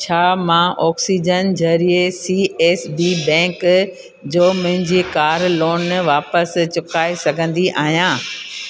छा मां ऑक्सीजन ज़रिए सी एस बी बैंक जो मुंहिंजी कार लोन वापसि चुकाए सघंदी आहियां